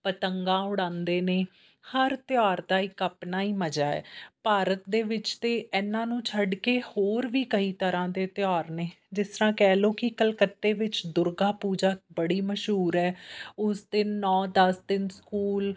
ਪਤੰਗ ਉਡਾਉਂਦੇ ਨੇ ਹਰ ਤਿਉਹਾਰ ਦਾ ਇੱਕ ਆਪਣਾ ਹੀ ਮਜ਼ਾ ਹੈ ਭਾਰਤ ਦੇ ਵਿੱਚ ਤਾਂ ਇਹਨਾਂ ਨੂੰ ਛੱਡ ਕੇ ਹੋਰ ਵੀ ਕਈ ਤਰ੍ਹਾਂ ਦੇ ਤਿਉਹਾਰ ਨੇ ਜਿਸ ਤਰ੍ਹਾਂ ਕਹਿ ਲਓ ਕਿ ਕਲਕੱਤੇ ਵਿੱਚ ਦੁਰਗਾ ਪੂਜਾ ਬੜੀ ਮਸ਼ਹੂਰ ਹੈ ਉਸ ਦਿਨ ਨੌ ਦਸ ਦਿਨ ਸਕੂਲ